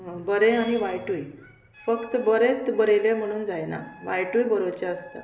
बरें आनी वायटूय फक्त बरेंच बरयलें म्हणून जायना वायटूय बरोवचें आसता